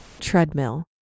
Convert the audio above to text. treadmill